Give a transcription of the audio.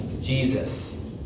Jesus